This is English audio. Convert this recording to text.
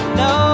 no